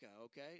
okay